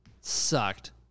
Sucked